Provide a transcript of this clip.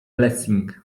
lessing